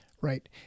right